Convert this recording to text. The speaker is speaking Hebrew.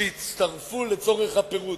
שהצטרפו לצורך הפירוד,